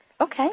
Okay